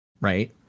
right